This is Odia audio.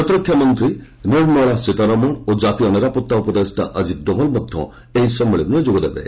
ପ୍ରତିରକ୍ଷା ମନ୍ତ୍ରୀ ନିର୍ମଳା ସୀତାରମଣ ଓ ଜାତୀୟ ନିରାପତ୍ତା ଉପଦେଷ୍ଟା ଅଜିତ ଡୋଭଲ ମଧ୍ୟ ଏହି ସମ୍ମିଳନୀରେ ଯୋଗ ଦେବେ